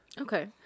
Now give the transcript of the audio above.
Okay